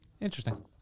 Interesting